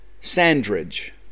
Sandridge